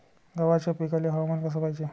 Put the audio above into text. गव्हाच्या पिकाले हवामान कस पायजे?